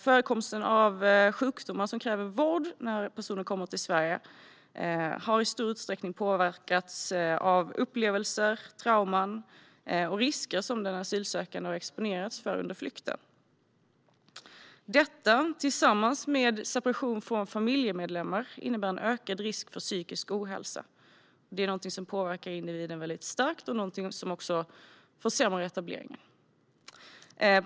Förekomsten av sjukdomar som kräver vård när personer kommer till Sverige har i stor utsträckning påverkats av upplevelser, trauman och risker som den asylsökande har exponerats för under flykten. Detta tillsammans med separation från familjemedlemmar innebär en ökad risk för psykisk ohälsa. Det är något som påverkar individen väldigt starkt och som också försämrar etableringen.